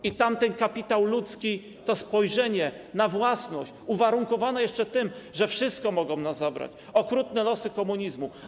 I tam ten kapitał ludzki, to spojrzenie na własność uwarunkowane jest jeszcze tym, że wszystko mogą nam zabrać - okrutne czasy komunizmu.